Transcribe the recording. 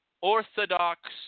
orthodox